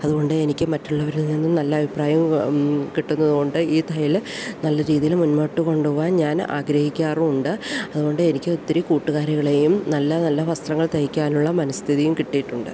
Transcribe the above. അതുകൊണ്ട് എനിക്ക് മറ്റുള്ളവരിൽ നിന്നും നല്ല അഭിപ്രായവും കിട്ടുന്നതുകൊണ്ട് ഈ തയ്യൽ നല്ല രീതിയിൽ മുന്നോട്ടു കൊണ്ടുപോവാൻ ഞാൻ ആഗ്രഹിക്കാറും ഉണ്ട് അതുകൊണ്ട് എനിക്ക് ഒത്തിരി കൂട്ടുകാരികളേയും നല്ല നല്ല വസ്ത്രങ്ങൾ തയ്ക്കാനുള്ള മനസ്ഥിതിയും കിട്ടിയിട്ടുണ്ട്